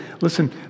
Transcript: Listen